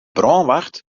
brânwacht